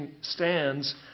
stands